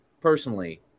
personally